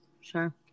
Sure